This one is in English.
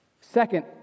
Second